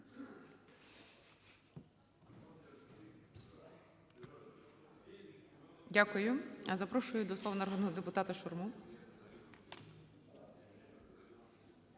Дякую. Запрошую до слова народного депутата Шурму.